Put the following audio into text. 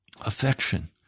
affection